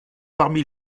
parmi